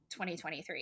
2023